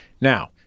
Now